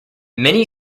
many